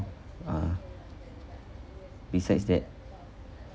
uh besides that